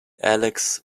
axel